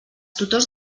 tutors